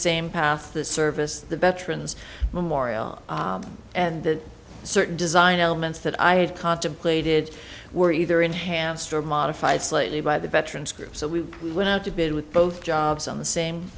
same paths the service the veterans memorial and the certain design elements that i had contemplated were either enhanced or modified slightly by the veterans group so we went out to bid with both jobs on the same